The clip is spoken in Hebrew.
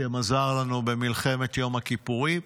השם עזר לנו במלחמת יום הכיפורים.